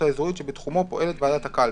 האזורית שבתחומו פועלת ועדת הקלפי"